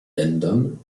ländern